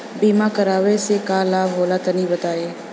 बीमा करावे से का लाभ होला तनि बताई?